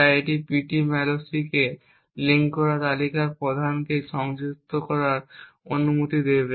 তাই এটি ptmalloc কে লিঙ্ক করা তালিকার প্রধানকে সনাক্ত করার অনুমতি দেবে